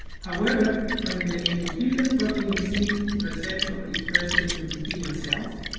however when the endothelial protein c receptor is present in endothelial cells,